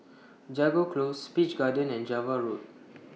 Jago Close Peach Garden and Java Road